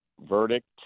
verdict